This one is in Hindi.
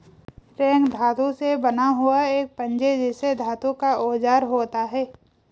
रेक धातु से बना हुआ एक पंजे जैसा धातु का औजार होता है